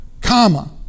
comma